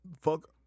fuck